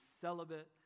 celibate